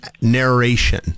narration